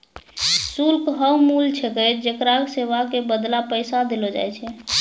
शुल्क हौअ मूल्य छिकै जेकरा सेवा के बदले पैसा देलो जाय छै